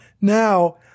now